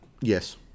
Yes